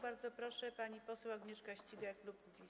Bardzo proszę, pani poseł Agnieszka Ścigaj, klub Kukiz’15.